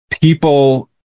people